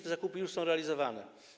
Te zakupy już są realizowane.